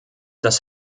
das